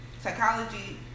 psychology